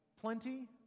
Plenty